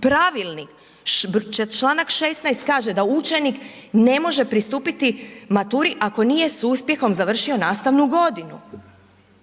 Pravilnik broj, članak 16. kaže da učenik ne može pristupiti maturi ako nije s uspjehom završio nastavnu godinu.